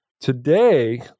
Today